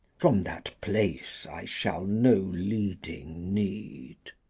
from that place i shall no leading need.